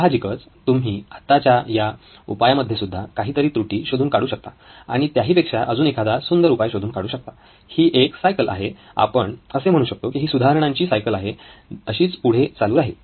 सहाजिकच तुम्ही आत्ताच्या या उपायामध्ये सुद्धा काहीतरी त्रुटी शोधून काढू शकता आणि त्याहीपेक्षा अजून एखादा सुंदर उपाय शोधून काढू शकता ही एक सायकल आहे आपण असे म्हणू शकतो की ही सुधारणांची सायकल अशीच पुढे चालु राहील